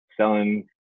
selling